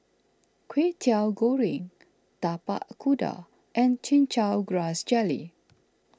Kwetiau Goreng Tapak Kuda and Chin Chow Grass Jelly